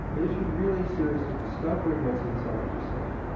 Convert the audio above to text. if you're really serious to discovering what's inside yourself,